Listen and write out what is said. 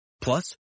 Plus